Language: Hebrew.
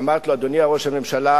ואמרתי לו: אדוני ראש הממשלה,